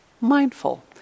mindful